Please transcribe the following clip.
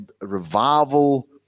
revival